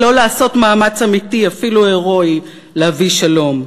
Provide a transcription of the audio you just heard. שלא לעשות מאמץ אמיתי, אפילו הירואי, להביא שלום.